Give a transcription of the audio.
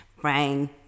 brain